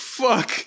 fuck